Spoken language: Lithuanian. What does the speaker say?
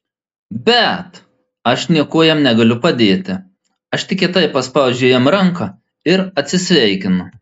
bet aš niekuo jam negaliu padėti aš tik kietai paspaudžiu jam ranką ir atsisveikinu